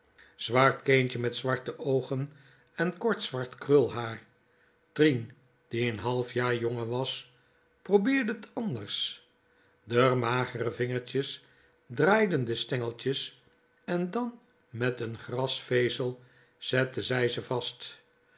zwart kindje met zwarte oogen en kort zwart krulhaar trien die n half jaar jonger was probeerde t anders d'r maagre vingertjes draaiden de stengels en dan met n grasvezel zette ze ze vast